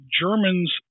Germans